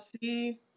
see